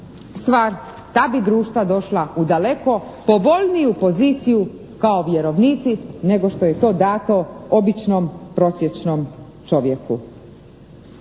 stvar ta bi društva došla u daleko povoljniju poziciju kao vjerovnici kao što je to dato običnom prosječnom čovjeku.